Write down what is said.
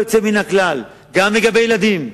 גם לגבי ילדים.